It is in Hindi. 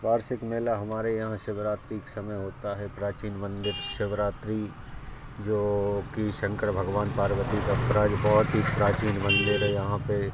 वार्षिक मेला हमारे यहाँ शिवरात्रि के समय होता है प्राचीन मंदिर शिवरात्रि जोकि शंकर भगवान पार्वती का बहुत ही प्राचीन मंदिर है यहाँ पे